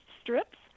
strips